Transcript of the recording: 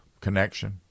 connection